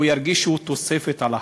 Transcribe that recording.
הוא ירגיש שהוא תוספת על החיים,